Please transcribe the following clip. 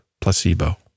placebo